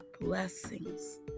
blessings